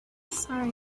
sorry